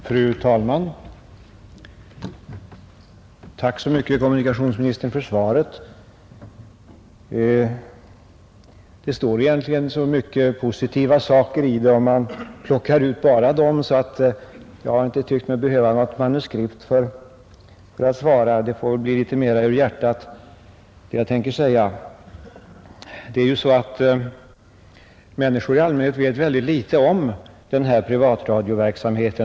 Fru talman! Det står egentligen i svaret så mycket positiva saker, om man plockar ut bara dem, att jag inte tyckt mig behöva något manuskript, utan det jag tänker säga får komma litet mera ur hjärtat. Människor i allmänhet vet ytterst litet om denna privatradioverksamhet.